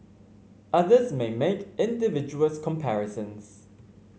others may make invidious comparisons